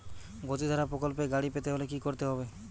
গতিধারা প্রকল্পে গাড়ি পেতে হলে কি করতে হবে?